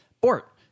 Bort